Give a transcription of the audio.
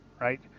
right